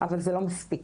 אבל זה לא מספיק.